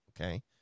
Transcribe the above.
okay